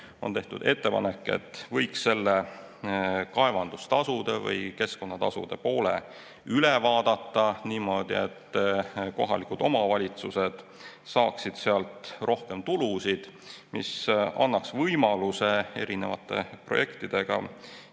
On tehtud ettepanek, et võiks kaevandustasud või keskkonnatasud üle vaadata niimoodi, et kohalikud omavalitsused saaksid sealt rohkem tulu, mis annaks võimaluse erinevate projektidega